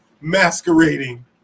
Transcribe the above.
masquerading